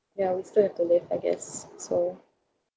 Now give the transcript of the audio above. ya we still have to live I guess so